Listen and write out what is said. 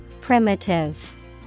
Primitive